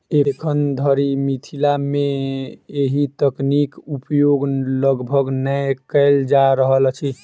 एखन धरि मिथिला मे एहि तकनीक उपयोग लगभग नै कयल जा रहल अछि